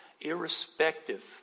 irrespective